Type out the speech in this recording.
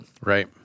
Right